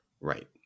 Right